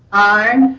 aye.